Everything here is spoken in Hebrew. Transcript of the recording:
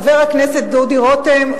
חבר הכנסת דודו רותם,